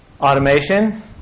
Automation